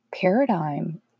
paradigm